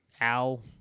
Al